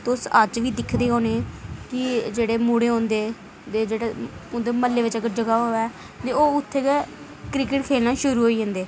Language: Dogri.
तुस अज्ज बी दिक्खदे होने की जेह्ड़े मुड़े होंदे ते अगर उंदे म्हल्ले बिच जगह होऐ ते ओह् उत्थें गै क्रिकेट खेल्लना शुरू होई जंदे